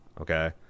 okay